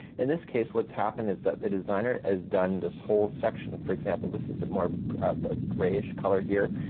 in this case what's happened is that the designer has done this whole section for example this is a more of a grayish color here.